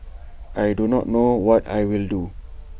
I do not know what I will do